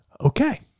okay